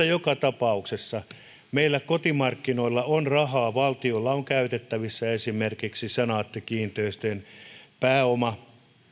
joka tapauksessa meillä kotimarkkinoilla on rahaa ja valtiolla on käytettävissä esimerkiksi senaatti kiinteistöjen pääoma